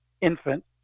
infant